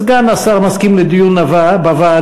סגן השר מסכים לדיון בוועדה,